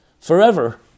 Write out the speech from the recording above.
forever